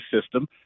system